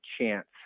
chance